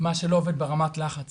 שלא עובד ברמת לחץ